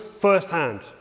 firsthand